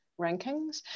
rankings